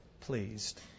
pleased